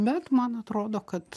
bet man atrodo kad